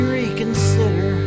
reconsider